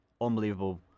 unbelievable